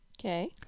Okay